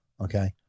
Okay